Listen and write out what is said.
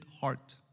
heart